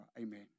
Amen